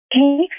Okay